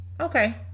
okay